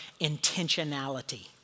intentionality